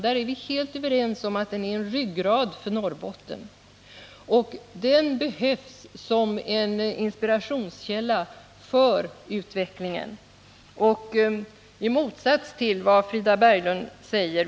Vi är helt överens om att den är en ryggrad för Norrbotten, och den behövs som en inspirationskälla när det gäller utvecklingen.